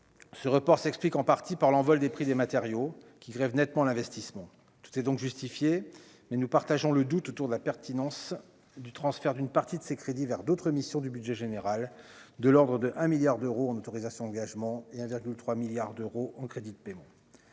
ce report s'explique en partie par l'envol des prix des matériaux qui rêve nettement l'investissement, tout est donc justifiée mais nous partageons le doute autour de la pertinence du transfert d'une partie de ses crédits vers d'autres missions du budget général de l'ordre de 1 milliard d'euros en autorisations d'engagement et 1 virgule 3 milliards d'euros en crédits de paiement